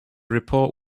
report